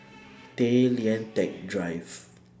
Tay Lian Teck Drive